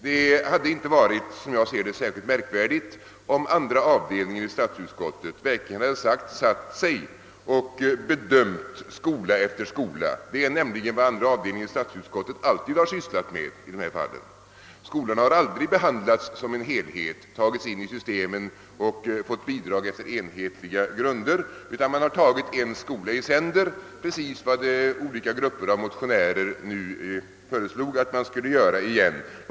Som jag ser det hade det inte varit särskilt märkvärdigt för statsutskottets andra avdelning att verkligen försöka bedöma skola efter skola. Det är ju vad andra avdelningen i utskottet alltid har gjort i frågor av detta slag. Skolorna har aldrig behandlats som en helhet, har aldrig tagits in i systemet och fått bidrag efter enhetliga grunder, utan man har tagit en skola i sänder, precis som olika grupper av motionärer nu har föreslagit att man skulle göra även i detta fall.